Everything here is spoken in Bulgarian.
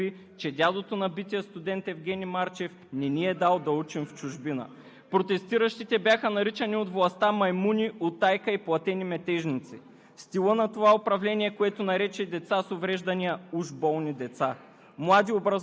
Зачитане на човешкото достойнство. Не от къде да е, а директно от Брюксел Борисов обяви, че дядото на бития студент Евгени Марчев не ни е дал да учим в чужбина. Протестиращите бяха наричани от властта маймуни, утайка и платени метежници.